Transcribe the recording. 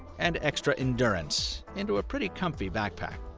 and extra endurance into a pretty comfy backpack.